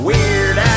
Weird